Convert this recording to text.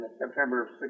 September